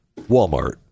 Walmart